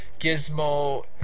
Gizmo